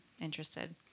interested